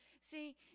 See